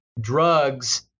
drugs